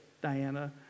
Diana